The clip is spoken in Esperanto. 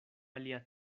alia